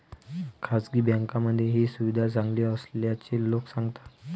खासगी बँकांमध्ये ही सुविधा चांगली असल्याचे लोक सांगतात